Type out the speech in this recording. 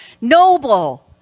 noble